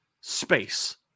space